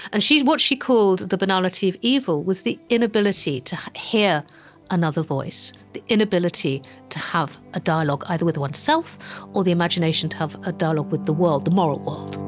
and what she called the banality of evil was the inability to hear another voice, the inability to have a dialogue either with oneself or the imagination to have a dialogue with the world, the moral world